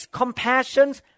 compassions